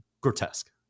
grotesque